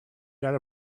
got